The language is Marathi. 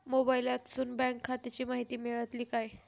मोबाईलातसून बँक खात्याची माहिती मेळतली काय?